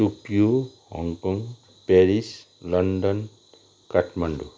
Tokyo Hong Kong Paris London Kathmandu